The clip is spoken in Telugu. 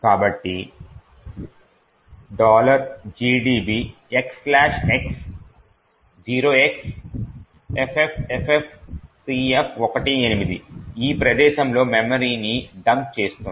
కాబట్టి gdb x x 0xFFFFCF18 ఈ ప్రదేశంలో మెమరీని డంప్ చేస్తుంది